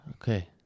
Okay